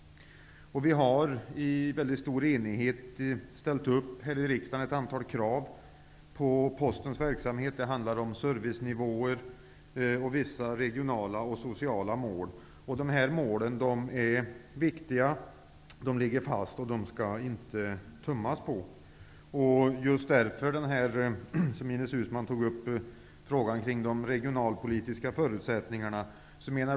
Riksdagen har i mycket stor enighet ställt upp ett antal krav på Postens verksamhet. Det handlar om servicenivåer och vissa regionala och sociala mål. Dessa mål är viktiga, de ligger fast och får inte tummas på. Ines Uusmann tog upp frågan om de regionalpolitiska förutsättningarna.